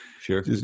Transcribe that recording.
Sure